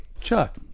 Chuck